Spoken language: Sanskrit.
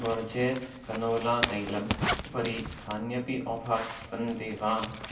बोर्जेस् कनोला तैलम् उपरि कान्यपि आफ़र्स् सन्ति वा